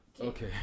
Okay